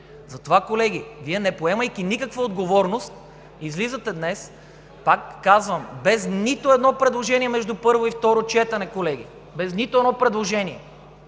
Затова, колеги, Вие, не поемайки никаква отговорност, излизате днес, пак казвам, без нито едно предложение между първо и второ четене, колеги, без нито едно предложение